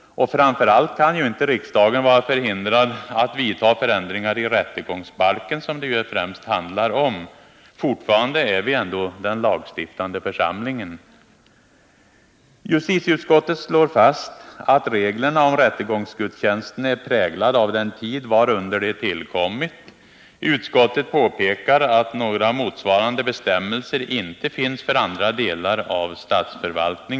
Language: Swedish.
Och framför allt kan inte riksdagen vara förhindrad att vidta förändringar i rättegångsbalken, som det ju främst handlar om. Fortfarande är riksdagen ändå den lagstiftande församlingen. Justitieutskottet slår fast att reglerna om rättegångsgudstjänsten är präglade av den tid varunder de tillkommit. Utskottet påpekar att några motsvarande bestämmelser inte finns för andra delar av statsförvaltningen.